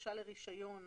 בקשה לרישיון.